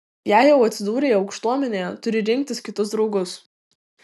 jei jau atsidūrei aukštuomenėje turi rinktis kitus draugus